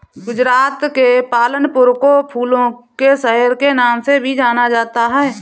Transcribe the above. गुजरात के पालनपुर को फूलों के शहर के नाम से भी जाना जाता है